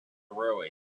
railway